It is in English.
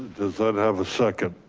have a second?